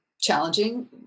challenging